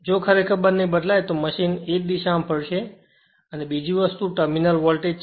જો ખરેખર બંને બદલાય છે તો મશીન એક જ દીશા માં ફરશે અને બીજી વસ્તુ એ ટર્મિનલ વોલ્ટેજ છે